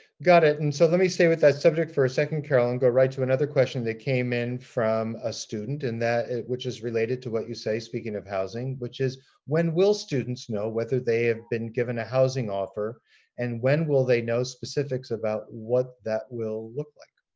got it. and so let me stay with that subject for a second, carol, and go right to another question that came in from a student and which is related to what you say, speaking of housing, which is when will students know whether they've been given a housing offer and when will they know specifics about what that will look like?